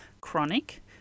chronic